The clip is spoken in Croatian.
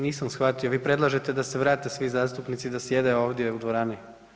Nisam shvatio, vi predlažete da se vrate svi zastupnici i da sjede ovdje u dvorani?